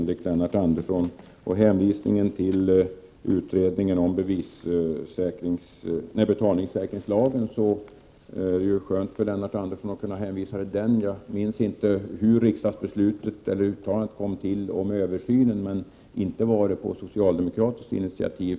Lennart Andersson sade att man arbetar för att få fram vissa dellösningar. Det var ju skönt för Lennart Andersson att kunna hänvisa till betalningssäkringslagen. Jag minns inte hur uttalandet om översynen kom till, men inte var det på socialdemokratiskt initiativ.